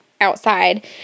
outside